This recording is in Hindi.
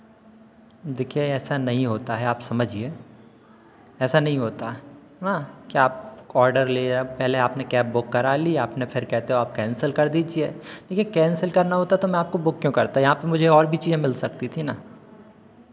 देखिए ऐसा नहीं होता है आप समझिए ऐसा नहीं होता है हाँ क्या आप ऑर्डर लिए पहले आपने कैब बुक करा ली आपने फिर कहते हो आप कैंसिल कर दीजिए देखिए कैंसिल करना होता तो मैं आपको बुक क्यों करता यहाँ पर मुझे और भी चीज़ें मिल सकती थी ना